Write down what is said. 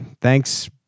Thanks